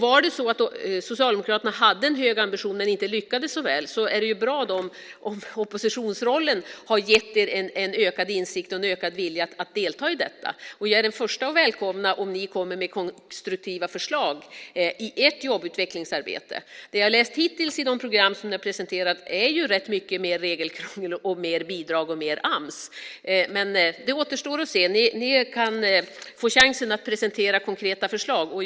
Var det så att Socialdemokraterna hade en hög ambition men inte lyckades så väl är det ju bra om oppositionsrollen har gett er en ökad insikt och en ökad vilja att delta i detta. Jag är den första att välkomna om ni kommer med konstruktiva förslag i ert jobbutvecklingsarbete. Det jag har läst hittills i de program som ni har presenterat är rätt mycket mer regelkrångel, mer bidrag och mer Ams. Men det återstår att se. Ni kan få chansen att presentera konkreta förslag.